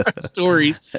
stories